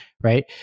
Right